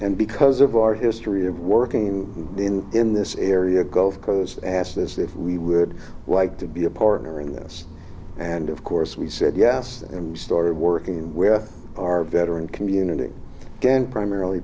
and because of our history of working in in this area gulf coast asked us if we would like to be a partner in this and of course we said yes and we started working with our veteran community and primarily